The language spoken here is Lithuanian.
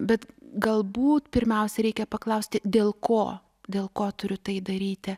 bet galbūt pirmiausia reikia paklausti dėl ko dėl ko turiu tai daryti